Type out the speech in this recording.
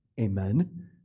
Amen